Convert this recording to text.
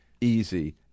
easy